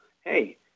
hey